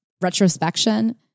retrospection